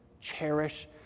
Cherish